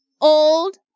old